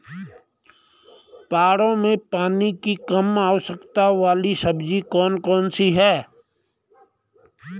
पहाड़ों में पानी की कम आवश्यकता वाली सब्जी कौन कौन सी हैं?